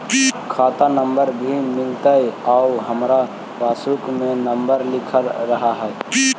खाता नंबर भी मिलतै आउ हमरा पासबुक में नंबर लिखल रह है?